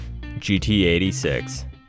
GT86